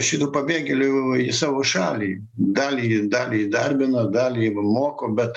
šitų pabėgėlių į savo šalį dalį dalį įdarbino dalį moko bet